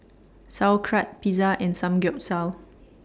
Sauerkraut Pizza and Samgeyopsal